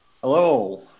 Hello